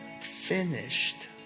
finished